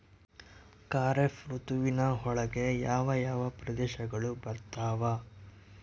ಖಾರೇಫ್ ಋತುವಿನ ಒಳಗೆ ಯಾವ ಯಾವ ಪ್ರದೇಶಗಳು ಬರ್ತಾವ?